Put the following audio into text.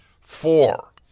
Four